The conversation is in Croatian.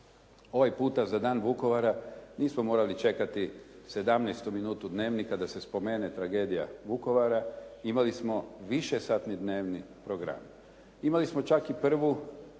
Ovaj puta za Dan Vukovara nismo morali čekati 17. minutu Dnevnika da se spomene tragedija Vukovara, imali smo višesatni dnevni program. Imali smo čak i prvu